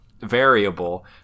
variable